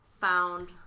found